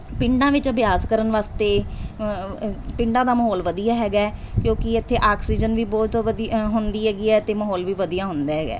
ਪਿੰਡਾਂ ਵਿੱਚ ਅਭਿਆਸ ਕਰਨ ਵਾਸਤੇ ਪਿੰਡਾਂ ਦਾ ਮਾਹੌਲ ਵਧੀਆ ਹੈਗਾ ਕਿਉਂਕਿ ਇੱਥੇ ਆਕਸੀਜਨ ਵੀ ਬਹੁਤ ਵਧੀ ਹੁੰਦੀ ਹੈਗੀ ਹੈ ਅਤੇ ਮਾਹੌਲ ਵੀ ਵਧੀਆ ਹੁੰਦਾ ਹੈਗਾ